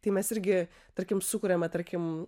tai mes irgi tarkim sukuriame tarkim